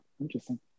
interesting